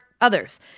others